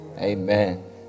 Amen